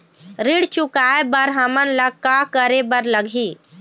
ऋण चुकाए बर हमन ला का करे बर लगही?